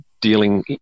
dealing